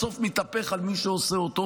בסוף מתהפך על מי שעושה אותו,